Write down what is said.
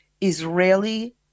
Israeli